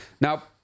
Now